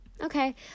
Okay